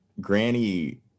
Granny